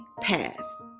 pass